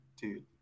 dude